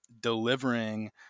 delivering